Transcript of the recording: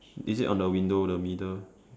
is it on the window the middle